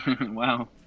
Wow